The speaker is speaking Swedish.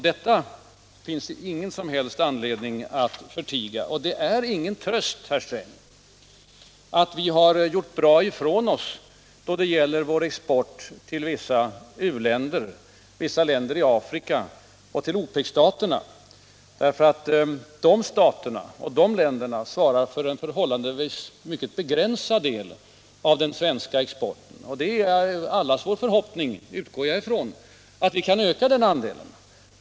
Detta finns det ingen anledning att förtiga. Och det är ingen tröst, herr Sträng, att vi har gjort bra ifrån oss då det gäller vissa u-länder, vissa länder i Afrika och OPEC staterna. Dessa länder svarar för en förhållandevis begränsad del av den svenska exporten. Det är allas vår förhoppning — det utgår jag ifrån — att vi kan öka den andelen.